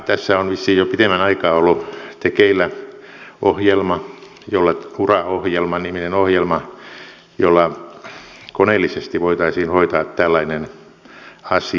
tässä on vissiin jo pitemmän aikaan ollut tekeillä ohjelma ura ohjelma niminen ohjelma jolla koneellisesti voitaisiin hoitaa tällainen asia